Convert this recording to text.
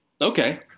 Okay